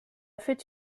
fait